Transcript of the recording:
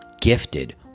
gifted